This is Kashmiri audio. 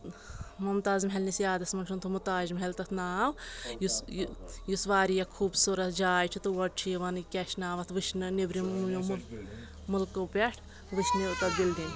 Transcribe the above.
ممتاز محل نِس یادس منٛز چھُنہٕ تھوٚمُت تاج محل تتھ ناو یُس یُس واریاہ خوٗبصوٗرت جاے چھُ تور چھُ یِوان کیاہ چھُ ناو اتھ وٕچھنہٕ نؠبرِم مُلکو پؠٹھ وٕچھنہٕ تتھ بِلڈِنٛگ